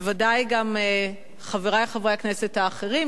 בוודאי גם חברי חברי הכנסת האחרים,